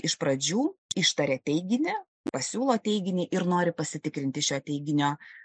iš pradžių ištaria teiginį pasiūlo teiginį ir nori pasitikrinti šio teiginio